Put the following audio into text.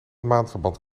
maandverband